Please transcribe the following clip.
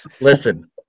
Listen